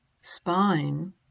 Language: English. spine